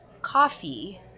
coffee